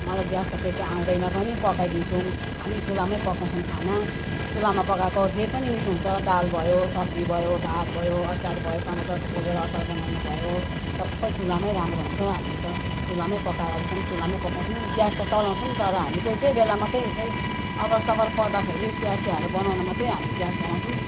मलाई ग्यास त त्यति आउँदैन पनि पकाइदिन्छु हामी चुल्हामै पकाउँछौँ खाना चुल्हामा पकाएको जे पनि मिठो हुन्छ दाल भयो सब्जी भयो भात भयो अचार भयो टमाटरको पोलेर अचार बनाउनु भयो सबै चुल्हामै राम्रो हुन्छ हामीले त चुल्हामै पकाएर अहिलेसम्म चुल्हामै पकाउँछौँ ग्यास त चलाउँछौँ तर हामी कोही कोही बेला मात्रै यसै अबर सबर पर्दाखेरि चिया सियाहरू बनाउनु मात्रै हामी ग्यास चलाउँछौँ